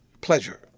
pleasure